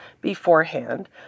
beforehand